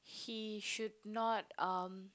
he should not um